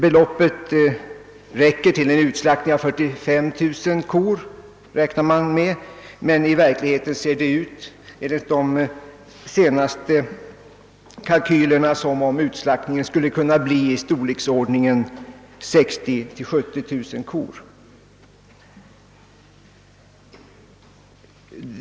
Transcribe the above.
Man räknar med att beloppet räcker till 45 000 kor, men i verkligheten ser det enligt de senaste kalkylerna ut som om utslaktningen skulle bli av storleken 60 000 å 70 000 kor.